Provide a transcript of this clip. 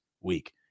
week